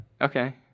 okay